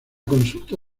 consulta